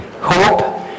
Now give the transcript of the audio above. hope